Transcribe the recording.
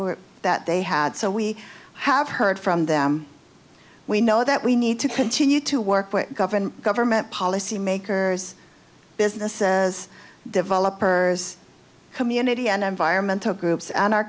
were that they had so we have heard from them we know that we need to continue to work with government policy makers businesses developers community and environmental groups and our